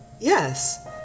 Yes